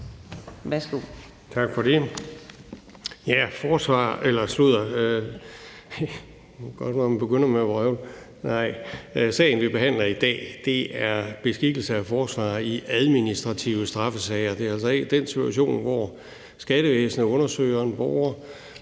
Tak for det. Sagen, vi behandler i dag, handler om beskikkelse af en forsvarer i administrative straffesager. Det er altså iden situation, hvor skattevæsenet undersøger en borger,